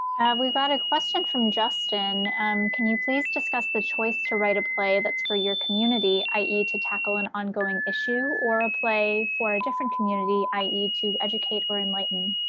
we've got a question from justin can you please discuss the choice to write a play that's for your community, i e. to tackle an ongoing issue or a play for a different community, i e. to educate or enlighten.